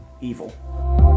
evil